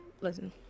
listen